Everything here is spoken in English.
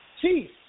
Chief